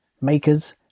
makers